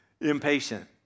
impatient